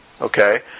okay